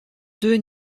deux